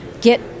get